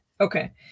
Okay